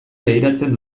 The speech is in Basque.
begiratzen